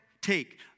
take